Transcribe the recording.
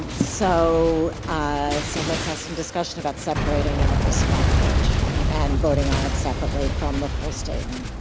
so ah so let's have some discussion about separating out this language and voting on it separately from the full statement.